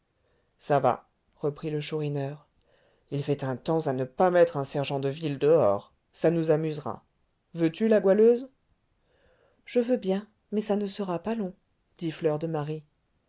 ça va reprit le chourineur il fait un temps à ne pas mettre un sergent de ville dehors ça nous amusera veux-tu la goualeuse je veux bien mais ça ne sera pas long dit fleur de marie